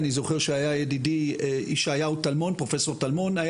אני זוכר שהיה ידידי פרופ' טלמון,